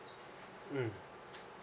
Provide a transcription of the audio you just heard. mm